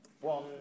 One